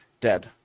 dead